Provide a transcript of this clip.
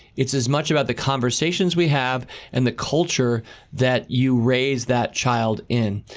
it's as much about the conversations we have and the culture that you raise that child in,